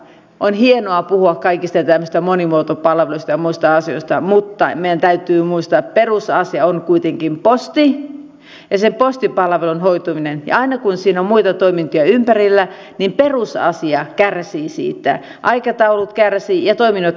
on hienoa puhua kaikista tämmöisistä monimuotopalveluista ja muista asioista mutta meidän täytyy muistaa että perusasia on kuitenkin posti ja sen postipalvelun hoituminen ja aina kun siinä on muita toimintoja ympärillä niin perusasia kärsii siitä aikataulut kärsivät ja toiminnot kärsivät